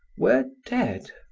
were dead.